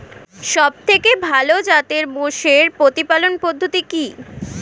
সবথেকে ভালো জাতের মোষের প্রতিপালন পদ্ধতি কি?